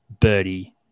birdie